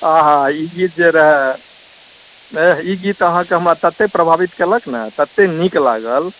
आहा ई गीत जे रहै ई गीत अहाँकेँ हमरा तते प्रभावित केलक ने तते नीक लागल